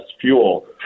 fuel